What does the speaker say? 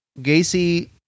Gacy